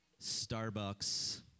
Starbucks